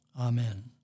Amen